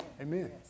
Amen